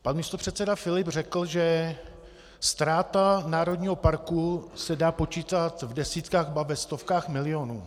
Pan místopředseda Filip řekl, že ztráta národního parku se dá počítat v desítkách, ba ve stovkách milionů.